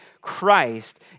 Christ